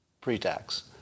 pre-tax